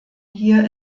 hier